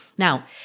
Now